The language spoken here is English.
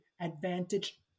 advantage